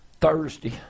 Thursday